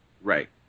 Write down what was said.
Right